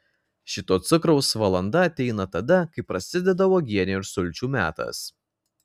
šito cukraus valanda ateina tada kai prasideda uogienių ir sulčių metas